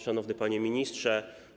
Szanowny Panie Ministrze!